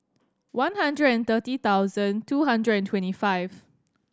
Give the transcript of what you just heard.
one hundred and thirty thousand two hundred and twenty five